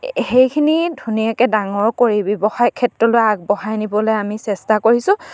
সেইখিনি ধুনীয়াকে ডাঙৰ কৰি ব্যৱসায় ক্ষেত্ৰলৈ আগবঢ়াই নিবলৈ আমি চেষ্টা কৰিছোঁ